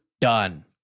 done